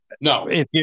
No